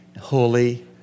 holy